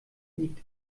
liegt